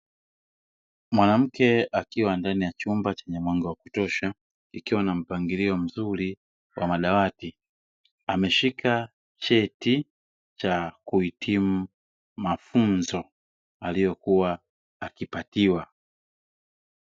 Mwanamke akiwa ndani ya chumba chenye mwanga wa kutosha ikiwa na mpangilio mzuri wa madawati, ameshika cheti cha kuhitimu mafunzo aliyokua akipatiwa.